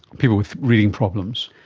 people with reading problems?